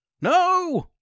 No